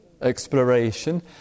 exploration